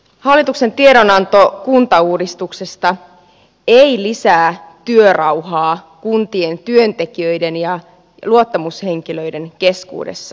hallituksen tiedonanto kuntauudistuksesta ei lisää työrauhaa kuntien työntekijöiden ja luottamushenkilöiden keskuudessa